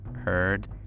heard